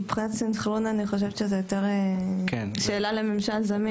מבחינת סנכרון אני חושבת שזה יותר שאלה לממשל זמין.